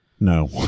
No